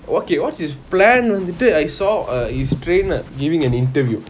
okay what's his plan on that day I saw uh his trainer giving an interview